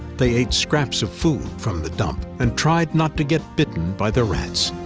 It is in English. they ate scraps of food from the dump and tried not to get bitten by the rats.